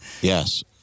Yes